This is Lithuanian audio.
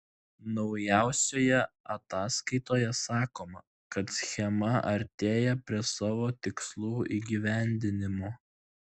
naujausioje ataskaitoje sakoma kad schema artėja prie savo tikslų įgyvendinimo